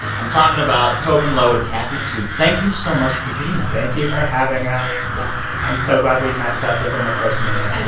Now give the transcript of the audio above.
i'm talking about tobin low and kathy tu. thank you so much for being here thank you for having us yes i'm so glad we messed up within the first minute i know the